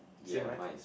same right